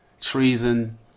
treason